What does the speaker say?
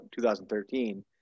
2013